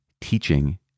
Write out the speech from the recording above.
teaching